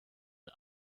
the